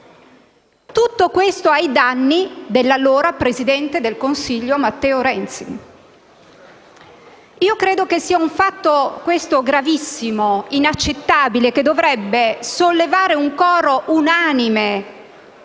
Tutto questo ai danni dell'allora presidente del Consiglio Matteo Renzi. Questo è, a mio avviso, un fatto gravissimo, inaccettabile, che dovrebbe sollevare un coro unanime